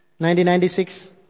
1996